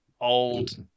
old